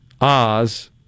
Oz